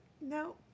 No